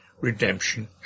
redemption